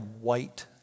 white